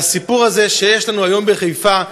והסיפור הזה שיש לנו היום בחיפה,